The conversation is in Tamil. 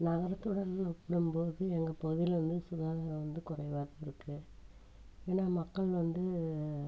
நகரத்தோடன்னு ஒப்பிடும் போது எங்கள் பகுதியில வந்து சுகாதரம் வந்து குறைவா தான் இருக்குது ஏன்னா மக்கள் வந்து